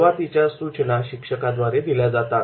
सुरुवातीच्या सूचना शिक्षकाद्वारे दिल्या जातात